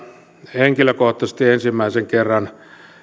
henkilökohtaisesti ensimmäisen kerran